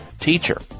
teacher